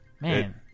Man